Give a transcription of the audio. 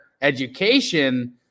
education